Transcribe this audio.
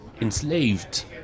enslaved